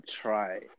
try